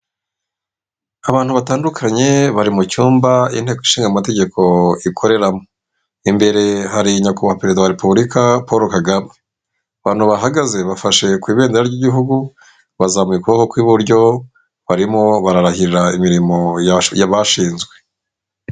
Abantu batandukanye bari mu cyumba inteko ishinga amategeko ikoreramo imbere hari nyakuhwa perezida wa repubulika Paul Kagame abantu bahagaze bafashe ku ibedera ry'igihugu bazabura ukuboko kw'iburyo barimo bararahira imirimo bashinzwe.